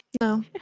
no